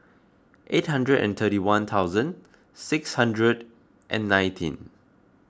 eight hundred and thirty one thousand six hundred and nineteen